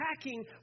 attacking